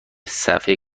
صفحه